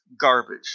garbage